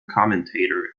commentator